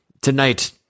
tonight